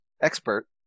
expert